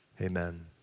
Amen